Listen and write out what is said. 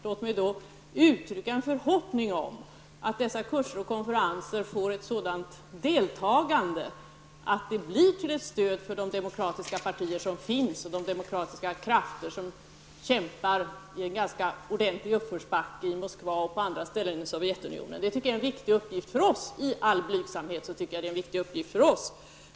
Låt mig uttrycka en förhoppning om att dessa kurser och konferenser får ett sådant deltagande att det blir till ett stöd för de demokratiska partier och krafter som kämpar i en ordentlig uppförsbacke i Moskva och på andra ställen i Sovjetunionen. I all blygsamhet tycker jag att det är en viktig uppgift för oss.